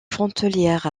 frontalière